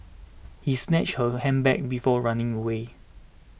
he snatched her handbag before running away